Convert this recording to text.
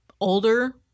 older